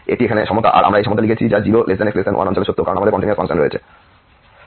এবং এটি এখানে সমতা আমরা এই সমতা লিখেছি যা 0x1 অঞ্চলে সত্য কারণ আমাদের কন্টিনিউয়াস ফাংশন রয়েছে